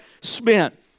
spent